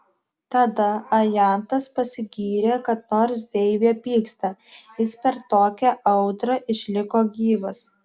tada ajantas pasigyrė kad nors deivė pyksta jis per tokią audrą išliko gyvas